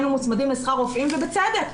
היינו מוצמדים לשכר רופאים ובצדק.